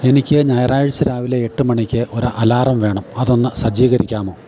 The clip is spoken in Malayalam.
എനിക്ക് ഞായറാഴ്ച്ച രാവിലെ എട്ടു മണിക്ക് ഒരു അലാറം വേണം അതൊന്ന് സജ്ജീകരിക്കാമോ